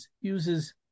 uses